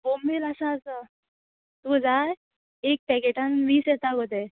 बोंबील आसा आसा तुका जाय एक पॅकेटान वीस येता गो ते